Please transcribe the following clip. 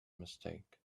mistake